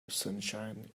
sunshine